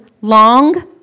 long